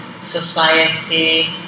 society